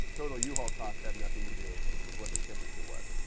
total yeah uhaul costs have nothing to do with what the temperature was.